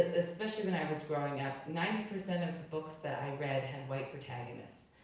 especially when i was growing up, ninety percent of the books that i read had white protagonists.